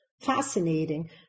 Fascinating